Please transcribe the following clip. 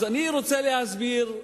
אז אני רוצה להסביר,